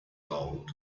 old